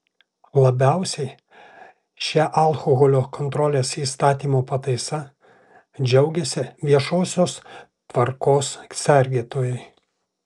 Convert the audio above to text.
labiausiai šia alkoholio kontrolės įstatymo pataisa džiaugiasi viešosios tvarkos sergėtojai